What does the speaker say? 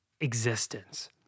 existence